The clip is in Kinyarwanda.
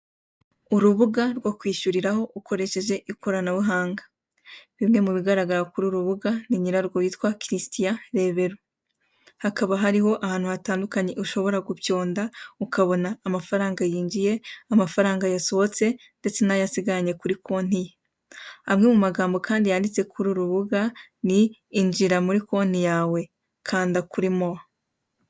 Urubuga rwo kwishyuriraho ukoresheje ikoranabuhanga. Bimwe mubigaragara kuri ururubuga ni nyirarwo christian rebero, hakaba hariho ahantu hatandukanye ushobora gupyonda ukabona amafaranga yinjiye, amafaranga yasohotse ndetse nayasigaranye kuri konti ye. Amwe mumagambo kandi yanditse kuri urubuga ni injira muri konti yawe kanda kuri more.